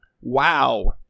Wow